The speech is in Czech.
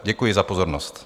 Děkuji za pozornost.